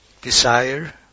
Desire